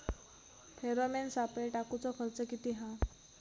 Pheromone सापळे टाकूचो खर्च किती हा?